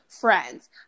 friends